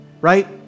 right